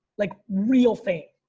like real fame.